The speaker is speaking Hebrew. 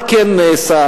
מה כן נעשה,